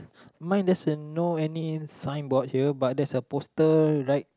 mine there's a no any signboard here but there's a poster right